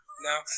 No